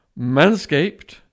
Manscaped